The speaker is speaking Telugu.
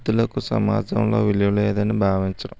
వృద్ధులకు సమాజంలో విలువ లేదని భావించడం